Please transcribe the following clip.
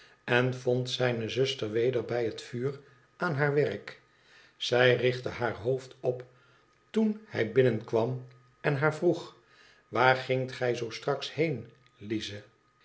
en vond zijne zuster weder bij het vuur aan haar werk zij richtte haar hoofd op toen hij binnenkwam en haar vroeg waar gingt gij zoo straks heen lize